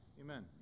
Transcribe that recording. Amen